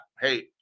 Hey